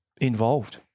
involved